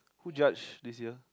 who judge this year